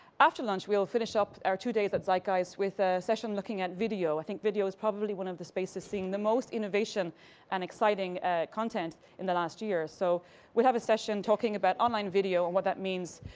after lunch we'll finish up our two days at zeitgeist with a session looking at video. i think that video is probably one of the spaces seeing the most innovation and exciting content in the last year. so we'll have a session talking about online video and what that means.